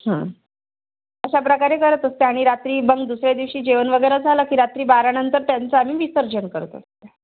हां अशा प्रकारे करत असते आणि रात्री मग दुसऱ्या दिवशी जेवण वगैरे झालं की रात्री बारानंतर त्यांचं आम्ही विसर्जन करत असते